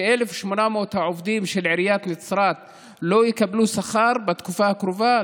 ש-1,800 העובדים של עיריית נצרת לא יקבלו שכר בתקופה הקרובה,